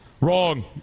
Wrong